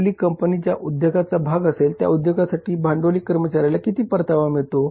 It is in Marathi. आपली कंपनी ज्या उद्योगाचा भाग असेल त्या उद्योगासाठी भांडवली कर्मचाऱ्याला किती परतावा मिळतो